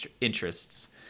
interests